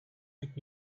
pick